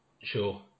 Sure